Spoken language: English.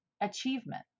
achievement